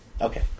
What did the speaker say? Okay